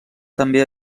també